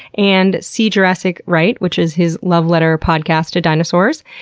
and see jurassic right, which is his love letter podcast to dinosaurs.